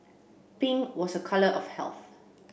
pink was a colour of health